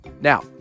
Now